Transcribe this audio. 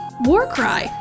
Warcry